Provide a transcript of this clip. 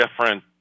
different